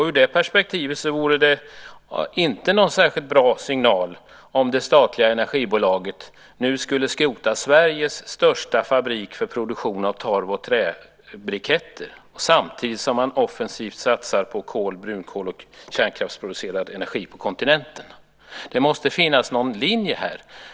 Ur det perspektivet vore det inte någon särskilt bra signal om det statliga energibolaget nu skulle skrota Sveriges största fabrik för produktion av torv och träbriketter samtidigt som man offensivt satsar på kol, brunkol och kärnkraftsproducerad energi på kontinenten. Det måste finnas någon linje här.